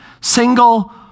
single